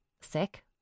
sick